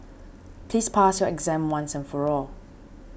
please pass your exam once and for all